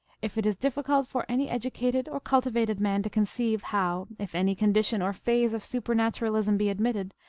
if it is difficult for any educated or culti vated man to conceive how, if any condition or phase of supernaturalism be admitted,